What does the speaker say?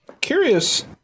Curious